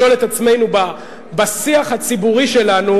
לשאול את עצמנו בשיח הציבורי שלנו